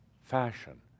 fashion